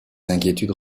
inquiétudes